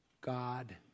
God